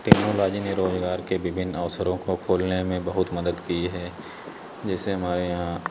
technology ने रोज़गार के विभिन्न अवसरों को खोलने में बहुत मदद की है जैसे हमारे यहाँ